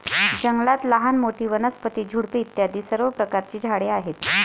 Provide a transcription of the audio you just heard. जंगलात लहान मोठी, वनस्पती, झुडपे इत्यादी सर्व प्रकारची झाडे आहेत